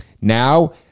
Now